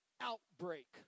outbreak